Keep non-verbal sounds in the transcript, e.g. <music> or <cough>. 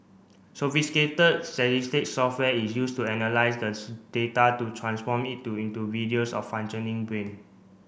sophisticated <unintelligible> software is used to analyse the <unintelligible> data to transform it to into videos of functioning brain